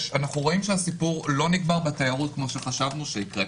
הסיפור לא נגמר בתיירות כפי שחשבנו שיקרה.